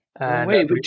Wait